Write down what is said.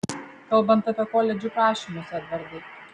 kalbant apie koledžų prašymus edvardai